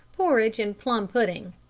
porridge, and plum-pudding.